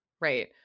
right